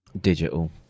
digital